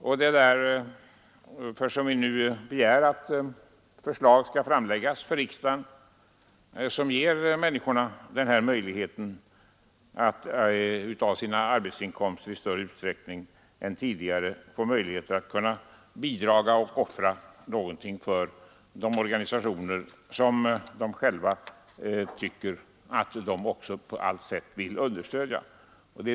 Vi begär därför att förslag om rätt till avdrag skall framläggas för riksdagen. Med en sådan avdragsrätt ger man människorna möjligheter att av sina arbetsinkomster bidra till och offra något för de organisationer som de själva på allt sätt vill understödja.